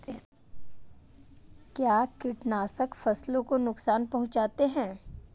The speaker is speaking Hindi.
क्या कीटनाशक फसलों को नुकसान पहुँचाते हैं?